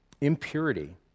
Impurity